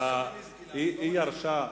היא ירשה,